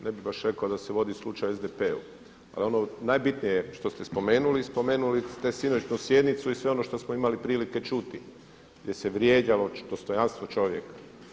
Ne bih baš rekao da se vodi slučaj u SDP-u ali ono najbitnije što ste spomenuli, spomenuli ste sinoćnju sjednicu i sve ono što smo imali prilike čuti, gdje se vrijeđalo dostojanstvo čovjeka.